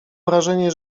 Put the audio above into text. wrażenie